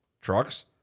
trucks